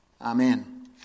Amen